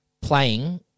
playing